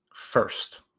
first